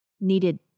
needed